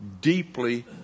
deeply